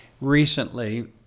recently